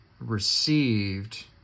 received